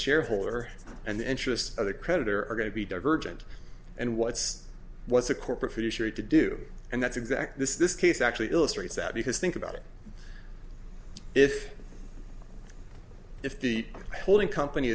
shareholder and the interest of the creditor are going to be divergent and what's what's a corporate fiduciary to do and that's exact this is this case actually illustrates that because think about it if if the holding company